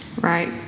Right